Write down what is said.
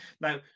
Now